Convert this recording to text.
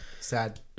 Sad